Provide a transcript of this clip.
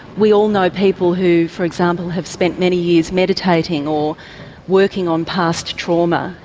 we all know people who, for example, have spent many years meditating, or working on past trauma,